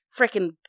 freaking